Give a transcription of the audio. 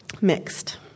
Mixed